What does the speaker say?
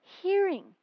hearing